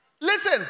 Listen